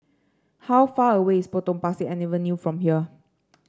how far away is Potong Pasir Avenue from here